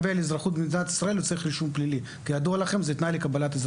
הוא צריך רישום פלילי בשביל לקבל אזרחות.